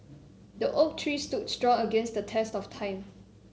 the oak tree stood strong against the test of time